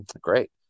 great